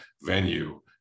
venue